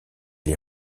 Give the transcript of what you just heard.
les